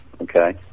okay